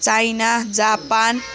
China Japan